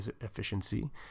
efficiency